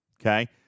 Okay